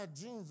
jeans